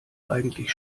eigentlich